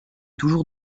toujours